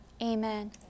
Amen